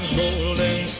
golden